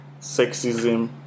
Sexism